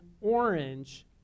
orange